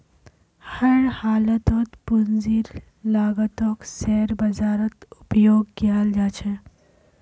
हर हालतत पूंजीर लागतक शेयर बाजारत उपयोग कियाल जा छे